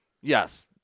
Yes